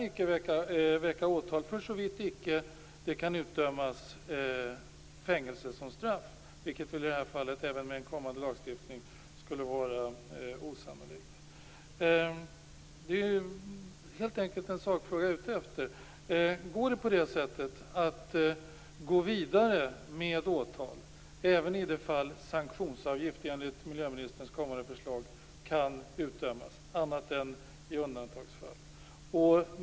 Åtal kan inte väckas såvitt inte fängelse kan utdömas som straff, och det skulle i det här fallet, även med kommande lagstiftning, vara osannolikt. Det jag undrar är om det är möjligt att gå vidare med åtal även i de fall då sanktionsavgift enligt miljöministerns kommande förslag kan utdömas.